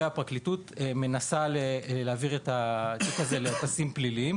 הפרקליטות מנסה להעביר את התיק הזה לפסים פליליים,